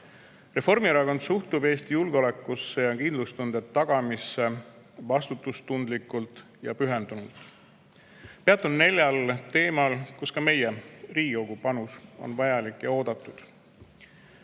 Reformierakond suhtub Eesti julgeolekusse ja kindlustunde tagamisse vastutustundlikult ja pühendunult. Peatun neljal teemal, kus ka meie Riigikogu panus on vajalik ja oodatud. Sõda